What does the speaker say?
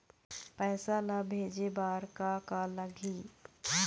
पैसा ला भेजे बार का का लगही?